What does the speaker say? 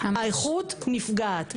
האיכות נפגעת,